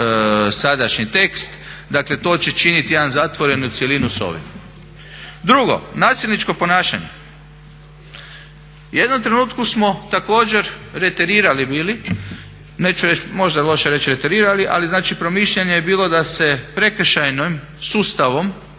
sadašnji tekst. Dakle to će činiti jednu zatvorenu cjelinu s ovim. Drugo, nasilničko ponašanje. U jednom trenutku smo također reterirali bili, možda je loše reći reterirali ali znači promišljanje je bilo da se prekršajnim sustavom